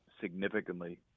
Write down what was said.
significantly